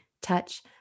touch